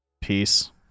Peace